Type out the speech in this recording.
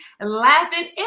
laughing